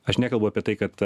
aš nekalbu apie tai kad